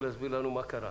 תצטרכו להסביר לנו מה קרה,